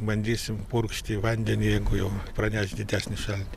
bandysim purkšti vandenį jeigu jau praneš didesnį šaltį